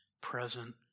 present